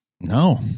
No